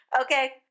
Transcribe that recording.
Okay